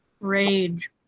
Rage